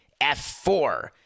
F4